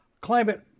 climate